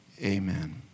Amen